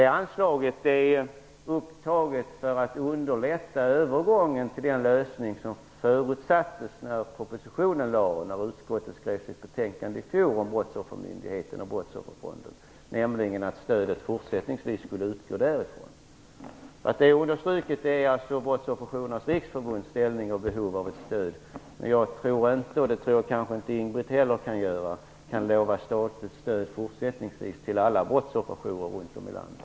Det anslaget är upptaget för att underlätta övergången till den lösning som förutsattes när propositionen lades fram och när utskottet skrev sitt betänkande i fjol om Brottsoffermyndigheten och om Brottsofferfonden, nämligen att stödet fortsättningsvis skulle utgå därifrån. Det jag understryker är alltså Brottsofferjourernas riksförbunds ställning och behov av stöd. Jag kan inte lova statligt stöd till alla brottsofferjourer runt om i landet och det tror jag inte heller Ingbritt Irhammar kan göra.